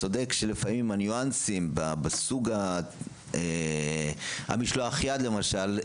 צודק שלפעמים יש ניואנסים בסוג המשלח-יד למשל,